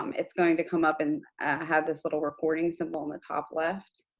um it's going to come up and have this little recording symbol in the top-left.